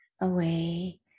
away